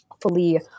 Fully